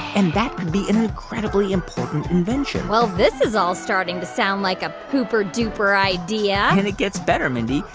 and that could be an incredibly important invention well, this is all starting to sound like a pooper duper idea and it gets better, mindy.